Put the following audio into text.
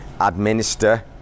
administer